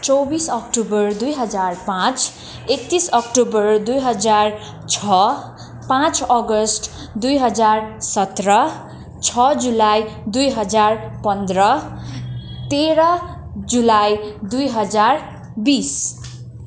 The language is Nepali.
चौबिस अक्टोबर दुई हजार पाँच एकत्तिस अक्टोबर दुई हजार छ पाँच अगस्त दुई हजार सत्र छ जुलाई दुई हजार पन्ध्र तेह्र जुलाई दुई हजार बिस